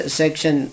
section